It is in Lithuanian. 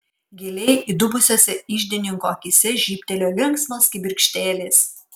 giliai įdubusiose iždininko akyse žybtelėjo linksmos kibirkštėlės